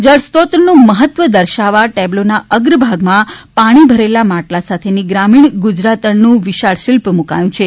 જળસ્ત્રોતનું મહત્વ દર્શાવવા ટેબ્લોના અગ્ર ભાગમાં પાણી ભરેલાં માટલાં સાથેની ગ્રામીણ ગુજરાતણનું વિશાળ શિલ્પ મુકાયું છે